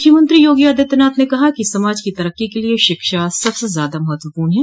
मुख्यमंत्री योगी आदित्यनाथ ने कहा है कि समाज की तरक्की के लिये शिक्षा सबसे ज्यादा महत्वपूर्ण है